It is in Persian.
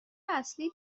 اصلی